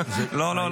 לא, עבר זמן.